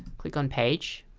click on page